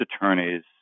attorneys